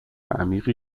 عمیقی